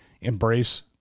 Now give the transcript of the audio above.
embrace